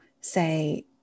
say